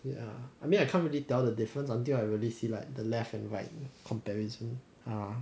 ya I mean I can't really tell the difference until I really see like the left and right comparison ah